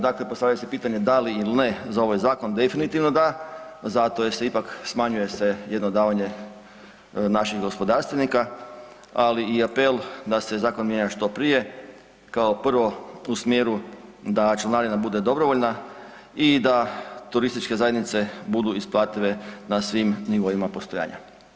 Dakle, postavlja se pitanje da li ili ne za ovaj zakon, definitivno da zato jer se ipak smanjuje se jedno davanje naših gospodarstvenika, ali i apel da se zakon mijenja što prije kao prvo u smjeru da članarina bude dobrovoljna i da turističke zajednice budu isplative na svim nivoima postojanja.